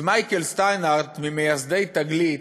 מייקל שטיינהרדט, ממייסדי "תגלית",